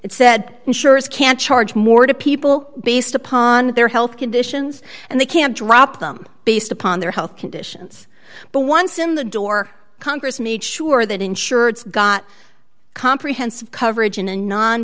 it said insurers can't charge more to people based upon their health conditions and they can't drop them based upon their health conditions but once in the door congress made sure that insurance got comprehensive coverage